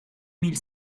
mille